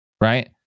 right